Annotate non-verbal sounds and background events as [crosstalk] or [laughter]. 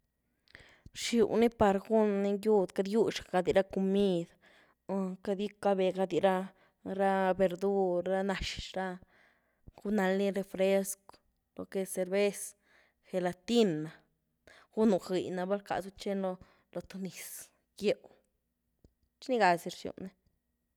Rxiw ni par gu’ny gywd, queity gywx gadi ra comid. [hesitation] queity gycabedy ra-ra verdur, ra nax ra, gun nald ny refrescw, lo que es cervez, gelatin, gunu gëy na, val rcazu txeny loo th nëz gyéw, txi nii gazy rxyw nii.